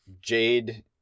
Jade